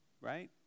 right